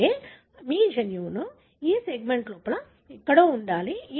అంటే మీ జన్యువు ఈ సెగ్మెంట్ లోపల ఎక్కడో ఉండాలి